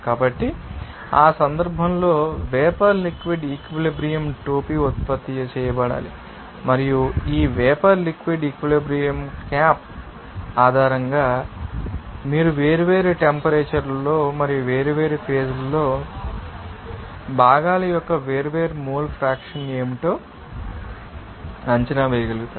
కాబట్టి ఆ సందర్భంలో వేపర్ లిక్విడ్ ఈక్వలెబ్రియంటోపీ ఉత్పత్తి చేయబడాలి మరియు ఈ వేపర్ లిక్విడ్ ఈక్వలెబ్రియంక్యాప్ ఆధారంగా కూడా మీరు వేర్వేరు టెంపరేచర్ లలో మరియు వేర్వేరు ఫేజ్ లలో భాగాల యొక్క వేర్వేరు మోల్ ఫ్రాక్షన్ ఏమిటో అంచనా వేయగలుగుతారు